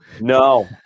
No